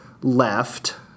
left